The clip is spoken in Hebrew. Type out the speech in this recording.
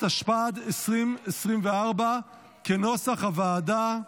התשפ"ד 2024, כנוסח הוועדה.